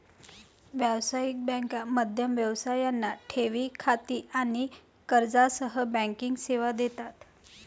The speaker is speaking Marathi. व्यावसायिक बँका मध्यम व्यवसायांना ठेवी खाती आणि कर्जासह बँकिंग सेवा देतात